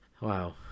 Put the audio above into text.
Wow